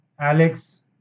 Alex